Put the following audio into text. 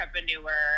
entrepreneur